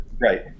Right